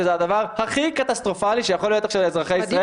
שזה הדבר הכי קטסטרופלי שיכול להיות עכשיו לאזרחי ישראל.